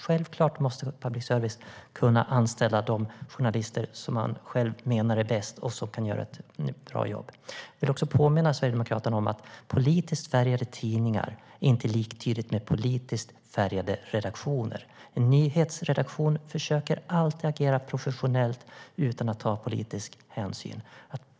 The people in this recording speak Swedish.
Självklart måste public service kunna anställa de journalister som man själv menar är bäst och som kan göra ett bra jobb. Jag vill också påminna Sverigedemokraterna om att politiskt färgade tidningar inte är liktydigt med politiskt färgade redaktioner. En nyhetsredaktion försöker alltid att agera professionellt utan att ta politisk hänsyn.